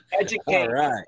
Educate